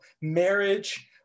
marriage